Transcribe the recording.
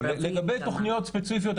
לגבי תוכניות ספציפיות,